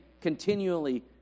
continually